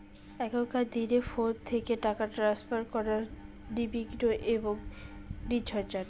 এখনকার দিনে ফোন থেকে টাকা ট্রান্সফার করা নির্বিঘ্ন এবং নির্ঝঞ্ঝাট